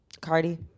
Cardi